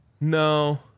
no